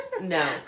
No